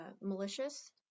malicious